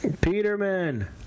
Peterman